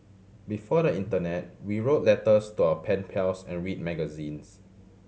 before the internet we wrote letters to our pen pals and read magazines